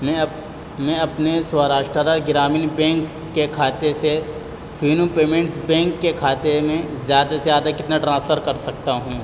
میں اپ میں اپنے سوراشٹرہ گرامین بینک کے کھاتے سے فینو پیمینٹس بینک کے کھاتے میں زیادہ سے زیادہ کتنا ٹرانسفر کر سکتا ہوں